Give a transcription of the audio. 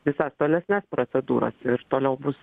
visas tolesnes procedūras ir toliau bus